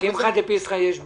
קמחא דפסחא יש בעיה.